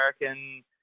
American